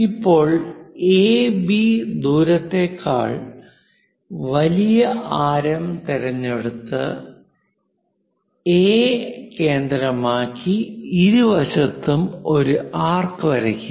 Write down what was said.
ഇപ്പോൾ A B ദൂരത്തേക്കാൾ വലിയ ആരം തിരഞ്ഞെടുത്ത് എ കേന്ദ്രമാക്കി ഇരുവശത്തും ഒരു ആർക്ക് വരയ്ക്കുക